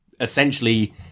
essentially